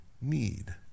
need